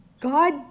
God